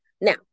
Now